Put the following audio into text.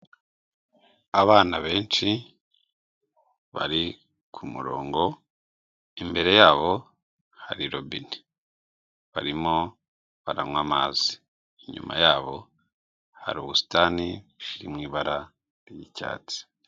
Abana benshi bari ku murongo imbere yabo hari robine barimo baranywa amazi, inyuma yabo hari ubusitani buri mu ibara ry'icyatsi.